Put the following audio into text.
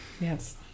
yes